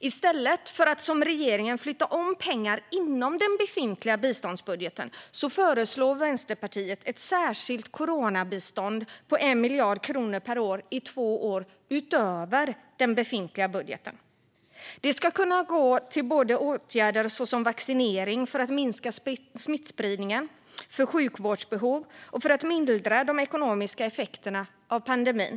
I stället för att som regeringen flytta om pengar inom den befintliga biståndsbudgeten föreslår Vänsterpartiet ett särskilt coronabistånd på 1 miljard kronor per år i två år utöver den befintliga budgeten. Det ska kunna gå till åtgärder såsom vaccinering för att minska smittspridningen, för sjukvårdsbehov och för att mildra de ekonomiska effekterna av pandemin.